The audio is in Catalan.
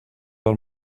del